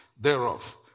thereof